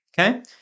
Okay